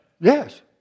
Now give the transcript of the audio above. Yes